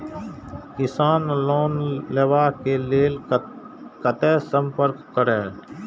किसान लोन लेवा के लेल कते संपर्क करें?